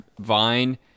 Vine